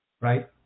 right